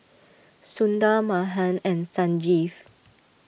Sundar Mahan and Sanjeev